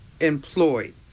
employed